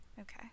Okay